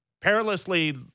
perilously